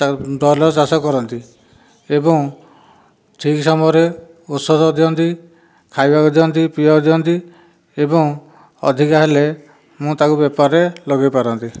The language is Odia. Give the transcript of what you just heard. ତା ବ୍ରଏଲର୍ ଚାଷ କରନ୍ତି ଏବଂ ଠିକ୍ ସମୟରେ ଔଷଧ ଦିଅନ୍ତି ଖାଇବାକୁ ଦିଅନ୍ତି ପିଇବାକୁ ଦିଅନ୍ତି ଏବଂ ଅଧିକା ହେଲେ ମୁଁ ତା'କୁ ବେପାରରେ ଲଗେଇ ପାରନ୍ତି